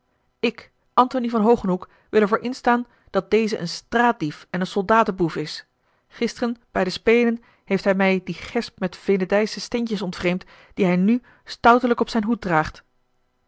ik antony van hogenhoeek wil er voor instaan dat deze een straatdief en een soldatenboef is gisteren bij de spelen heeft hij mij die gesp met venedische steentjes ontvreemd die hij n stoutelijk op zijn hoed draagt